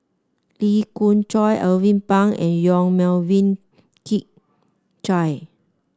Lee Khoon Choy Alvin Pang and Yong Melvin Yik Chye